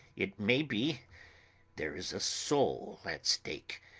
it may be there is a soul at stake!